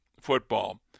football